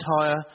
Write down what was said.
entire